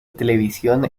televisión